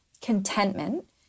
contentment